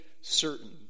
certain